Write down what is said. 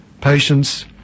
patience